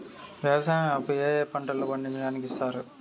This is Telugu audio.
వ్యవసాయం అప్పు ఏ ఏ పంటలు పండించడానికి ఇస్తారు?